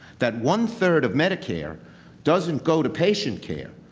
that one-third of medicare doesn't go to patient care,